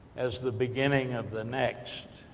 as the beginning of the next,